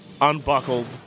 unbuckled